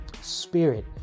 Spirit